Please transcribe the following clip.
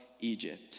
Egypt